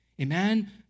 Amen